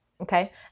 Okay